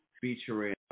featuring